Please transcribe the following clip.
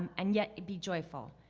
and yet be joyful.